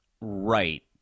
right